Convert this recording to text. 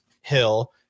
Hill